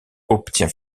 obtient